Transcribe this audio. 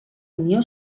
unió